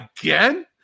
again